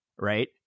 right